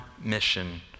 mission